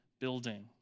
building